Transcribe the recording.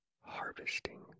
harvesting